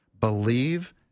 Believe